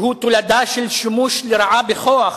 שהוא תולדה של שימוש לרעה בכוח,